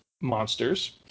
Monsters